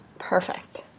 Perfect